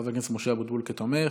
את חבר הכנסת משה אבוטבול כתומך,